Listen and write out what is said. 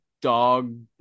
dog